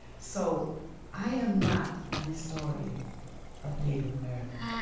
so i am not a historian of native america.